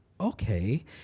okay